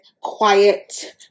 quiet